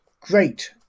great